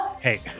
Hey